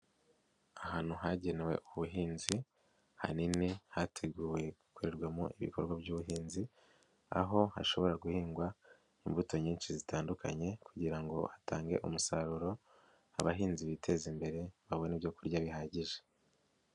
Ahantu hagenewe ubuhinzi hanini, hateguwe gukorerwamo ibikorwa by'ubuhinzi, aho hashobora guhingwa imbuto nyinshi zitandukanye kugira ngo hatange umusaruro, abahinzi biteza imbere babone ibyo kurya bihagije.